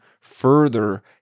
further